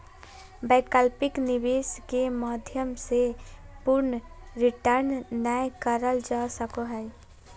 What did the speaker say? वैकल्पिक निवेश के माध्यम से पूर्ण रिटर्न नय करल जा सको हय